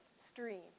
stream